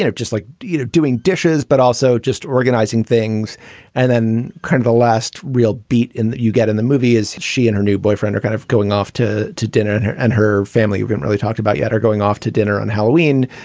just like you know doing dishes, but also just organizing things and then kind of the last real beat that you get in the movie is she and her new boyfriend are kind of going off to to dinner and her and her family haven't really talked about yet or going off to dinner on halloween.